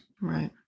Right